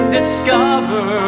discover